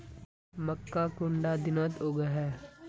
मक्का कुंडा दिनोत उगैहे?